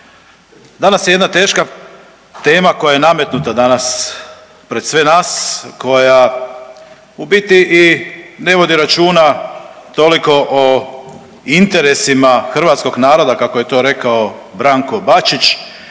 Danas je jedna teška tema koja je nametnuta danas pred sve nas, koja u biti i ne vodi računa toliko o interesima hrvatskog naroda kako je to rekao Branko Bačić,